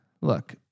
look